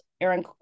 Aaron